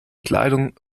kleidung